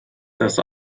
das